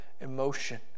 emotion